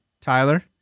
Tyler